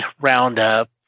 Roundup